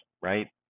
right